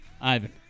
Ivan